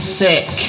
sick